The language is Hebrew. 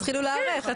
תתחילו להיערך,